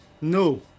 no